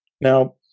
Now